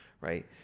right